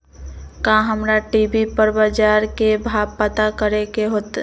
का हमरा टी.वी पर बजार के भाव पता करे के होई?